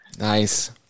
Nice